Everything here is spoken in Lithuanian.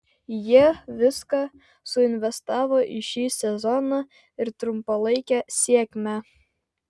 jie viską suinvestavo į šį sezoną ir trumpalaikę sėkmę